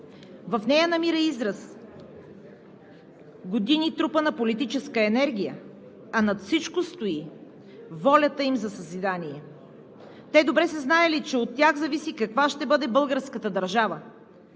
в нея намира израз години трупана политическа енергия, а над всичко стои волята им за съзидание. Те добре са знаели, че от тях зависи каква ще бъде българската държава